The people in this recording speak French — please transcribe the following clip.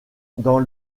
dans